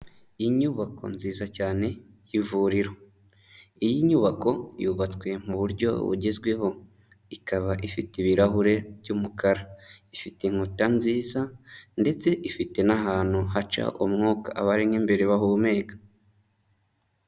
Inyubako nziza cyane yivuriro, iyi nyubako yubatswe mu buryo bugezweho, ikaba ifite ibirahure by'umukara, ifite inkuta nziza, ndetse ifite n'ahantu haca umwuka abarimo imbere bahumeka.